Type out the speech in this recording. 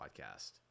podcast